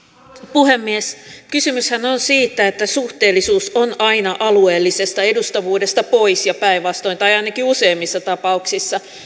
puhemies kysymyshän on siitä että suhteellisuus on aina alueellisesta edustavuudesta pois ja päinvastoin tai ainakin useimmissa tapauksissa